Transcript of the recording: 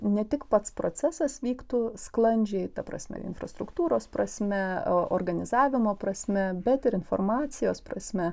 ne tik pats procesas vyktų sklandžiai ta prasme infrastruktūros prasme organizavimo prasme bet ir informacijos prasme